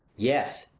yes,